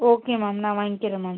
okay ma'am நான் வாங்கிக்கிறேன் ma'am